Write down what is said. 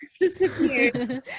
disappeared